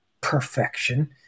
Perfection